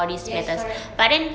yes correct